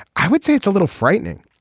i would say it's a little frightening.